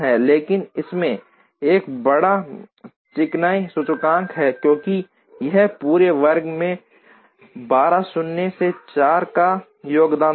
लेकिन इसमें एक बड़ा चिकनाई सूचकांक होगा क्योंकि यह पूरे वर्ग में 12 शून्य से 4 का योगदान देगा